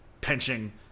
pinching